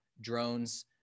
drones